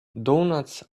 doughnuts